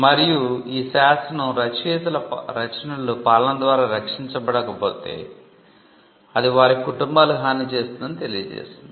మరియు అన్నే శాసనం రచయితల రచనలు పాలన ద్వారా రక్షించబడకపోతే అది వారి కుటుంబాలకు హాని చేస్తుందని తెలియ చేసింది